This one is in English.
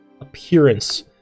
appearance